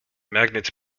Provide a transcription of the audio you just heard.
magnets